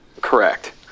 Correct